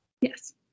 Yes